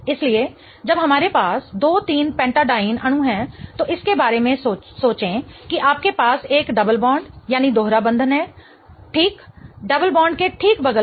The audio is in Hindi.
इसलिए जब हमारे पास 23 पेन्टैडाईन 23 pentadiene अणु है तो इसके बारे में सोचें कि आपके पास एक डबल बॉन्ड दोहरा बंधन है ठीक डबल बॉन्ड के ठीक बगल में